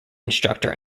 instructor